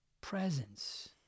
presence